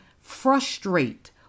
frustrate